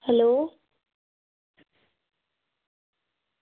hello